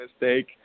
mistake